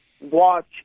watch